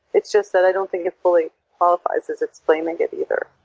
it's just that i don't think it fully qualifies as explaining it either.